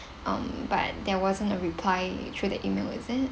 um but there wasn't a reply through the E-mail is it